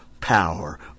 power